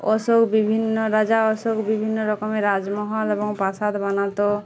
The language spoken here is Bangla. অশোক বিভিন্ন রাজা অশোক বিভিন্ন রকমের রাজমহল এবং প্রাসাদ বানাতো